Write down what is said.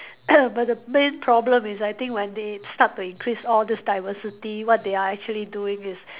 but the main problem is I think when they start to increase all these diversity what they are actually doing is